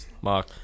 Mark